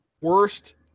worst